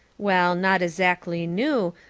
well, not ezackly new,